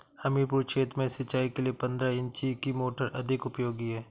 हमीरपुर क्षेत्र में सिंचाई के लिए पंद्रह इंची की मोटर अधिक उपयोगी है?